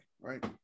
right